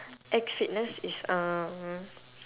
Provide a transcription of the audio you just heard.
X fitness is um